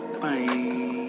Bye